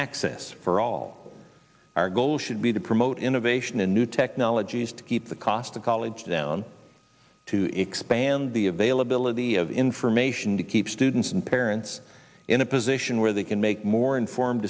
access for all our goal should be to promote innovation and new technologies to keep the cost of college down to expand the availability of information to keep students and parents in a position where they can make more informed